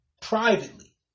privately